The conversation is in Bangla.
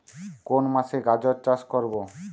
কোন মাসে গাজর চাষ করব?